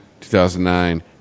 2009